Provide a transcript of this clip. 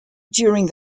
during